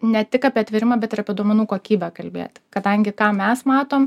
ne tik apie atvėrimą bet ir apie duomenų kokybę kalbėti kadangi ką mes matom